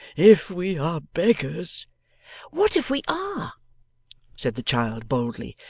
if we are beggars what if we are said the child boldly.